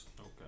Okay